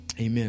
Amen